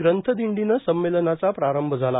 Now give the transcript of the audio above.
ग्रंथदिंडीनं संमेलनाचा प्रारंभ झाला